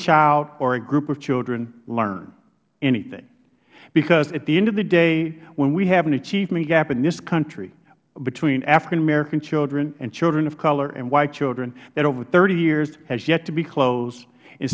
child or a group of children learn anything because at the end of the day when we have an achievement gap in this country between african american children and children of color and white children that over thirty years has yet to be closed in